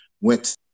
went